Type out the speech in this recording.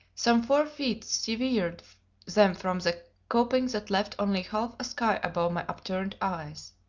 some four feet severed them from the coping that left only half a sky above my upturned eyes.